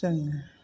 जोङो